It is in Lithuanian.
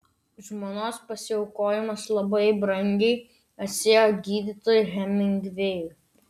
žmonos pasiaukojimas labai brangiai atsiėjo gydytojui hemingvėjui